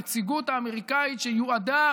את הנציגות האמריקאית שיועדה